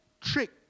trick